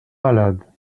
malades